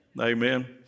Amen